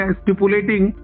stipulating